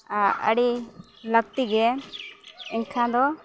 ᱟᱹᱰᱤ ᱞᱟᱹᱠᱛᱤ ᱜᱮ ᱮᱱ ᱠᱷᱟᱱ ᱫᱚ